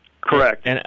Correct